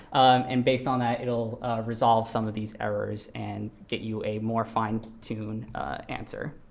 and based on that, it'll resolve some of these errors and get you a more fine tuned answer.